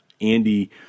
Andy